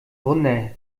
wunder